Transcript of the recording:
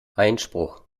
einspruch